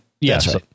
Yes